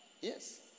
yes